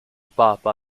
papa